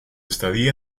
estadía